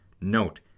Note